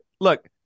look